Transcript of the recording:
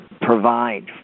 provide